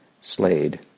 slayed